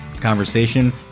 conversation